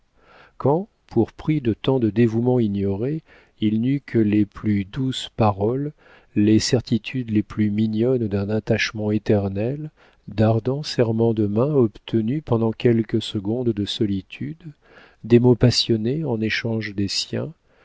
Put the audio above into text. quand pour prix de tant de dévouements ignorés il n'eut que les plus douces paroles les certitudes les plus mignonnes d'un attachement éternel d'ardents serrements de main obtenus pendant quelques secondes de solitude des mots passionnés en échange des siens